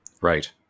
right